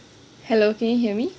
hello can you hear me